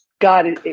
God